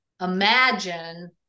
imagine